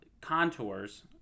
contours